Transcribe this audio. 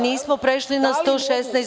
Nismo prešli na 116.